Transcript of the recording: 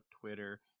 twitter